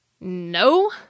No